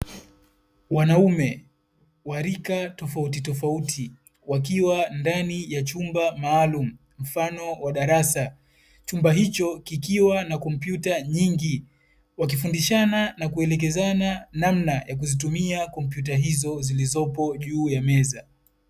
Wanaume wa rika tofautitofauti wakiwa ndani ya chumba maalumu mfano wa darasa. Chumba hicho kikiwa na kompyuta nyingi wakifundishana na kuelezana namna ya kuzitumia kompyuta hizo zilizoko juu ya meza.